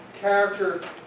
character